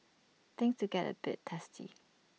things to get A bit testy